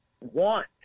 want